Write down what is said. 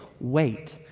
wait